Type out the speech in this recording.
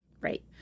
Right